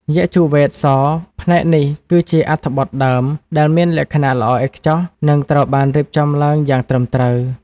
យជុវ៌េទ-ស ផ្នែកនេះគឺជា អត្ថបទដើម ដែលមានលក្ខណៈល្អឥតខ្ចោះ និងត្រូវបានរៀបចំឡើងយ៉ាងត្រឹមត្រូវ។